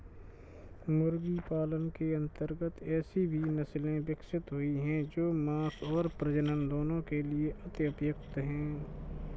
मुर्गी पालन के अंतर्गत ऐसी भी नसले विकसित हुई हैं जो मांस और प्रजनन दोनों के लिए अति उपयुक्त हैं